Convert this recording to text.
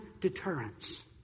deterrence